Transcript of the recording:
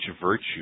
virtue